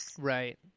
Right